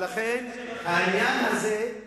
ולכן העניין הזה,